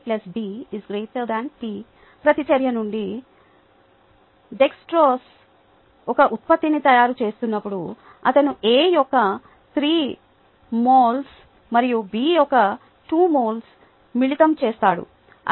2A B P ప్రతిచర్య నుండి Dexter ఒక ఉత్పత్తిని తయారు చేస్తున్నాడు అతను A యొక్క 3 మోల్స్ మరియు B యొక్క 2 మోల్స్ను మిళితం చేస్తాడు